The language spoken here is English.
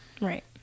Right